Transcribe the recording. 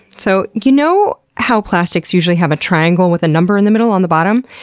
so, you know how plastics usually have a triangle with a number in the middle on the bottom?